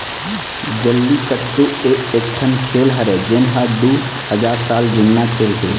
जल्लीकट्टू ए एकठन खेल हरय जेन ह दू हजार साल जुन्ना खेल हे